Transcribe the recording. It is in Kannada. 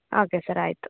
ಓಕೆ ಸರ್ ಆಯಿತು